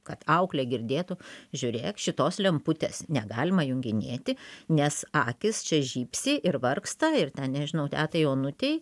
kad auklė girdėtų žiūrėk šitos lemputės negalima junginėti nes akys čia žybsi ir vargsta ir ten nežinau tetai onutei